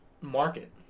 market